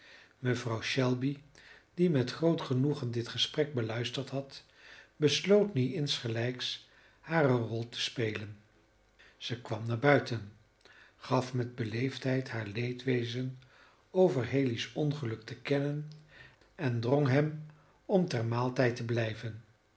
mevrouw shelby die met groot genoegen dit gesprek beluisterd had besloot nu insgelijks hare rol te spelen zij kwam naar buiten gaf met beleefdheid haar leedwezen over haley's ongeluk te kennen en drong hem om ter maaltijd te blijven